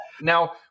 Now